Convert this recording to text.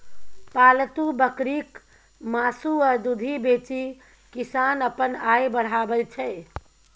पालतु बकरीक मासु आ दुधि बेचि किसान अपन आय बढ़ाबै छै